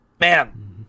Man